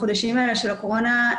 בחודשים האלה של הקורונה,